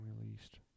released